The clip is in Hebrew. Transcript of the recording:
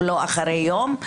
ולא אחרי יום?